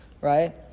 Right